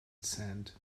sand